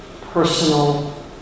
personal